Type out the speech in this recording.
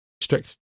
strict